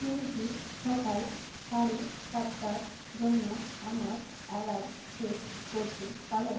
তুমি কি সকাল সাড়ে সাতটার জন্য আমার অ্যালার্ম সেট করতে পারো